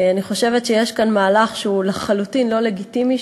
ואני חושבת שיש כאן מהלך שהוא לחלוטין לא לגיטימי,